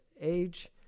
age